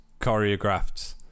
choreographed